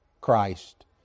Christ